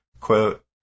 quote